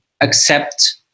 accept